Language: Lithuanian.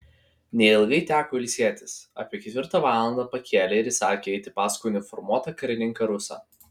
neilgai teko ilsėtis apie ketvirtą valandą pakėlė ir įsakė eiti paskui uniformuotą karininką rusą